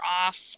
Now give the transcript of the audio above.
off